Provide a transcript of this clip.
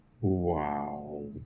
Wow